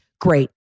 Great